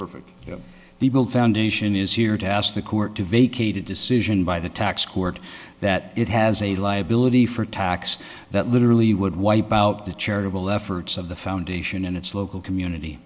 perfectly legal foundation is here to ask the court to vacate a decision by the tax court that it has a liability for tax that literally would wipe out the charitable efforts of the foundation and its local community